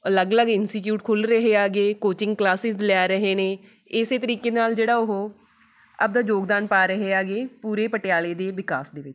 ਅਲੱਗ ਅਲੱਗ ਇੰਸਟੀਟਿਊਟ ਖੁੱਲ੍ਹ ਰਹੇ ਹੈਗੇ ਕੋਚਿੰਗ ਕਲਾਸਿਸ ਲੈ ਰਹੇ ਨੇ ਇਸ ਤਰੀਕੇ ਨਾਲ਼ ਜਿਹੜਾ ਉਹ ਆਪਦਾ ਯੋਗਦਾਨ ਪਾ ਰਹੇ ਹੈਗੇ ਪੂਰੇ ਪਟਿਆਲੇ ਦੇ ਵਿਕਾਸ ਦੇ ਵਿੱਚ